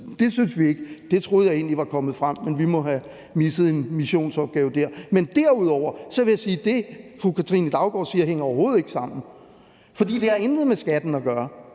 det synes vi ikke. Det troede jeg egentlig var fremgået, men vi må have misset en missionsopgave der. Men derudover vil jeg sige, at det, fru Katrine Daugaard siger, overhovedet ikke hænger sammen, for det har intet med skatten at gøre